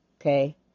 Okay